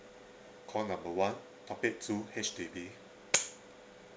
call number one topic two H_D_B